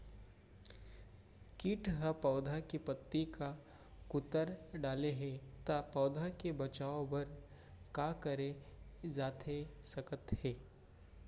किट ह पौधा के पत्ती का कुतर डाले हे ता पौधा के बचाओ बर का करे जाथे सकत हे?